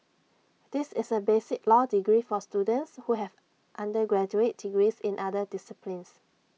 this is A basic law degree for students who have undergraduate degrees in other disciplines